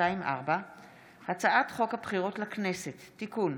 פ/2789/24 וכלה בהצעת חוק פ/2874/24: הצעת חוק הבחירות לכנסת (תיקון,